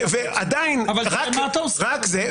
אתה,